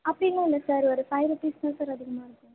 அப்படிலாம் இல்லை சார் ஒரு ஃபைவ் ருபீஸ் தான் சார் அதிகமாக இருக்கும்